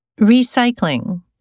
Recycling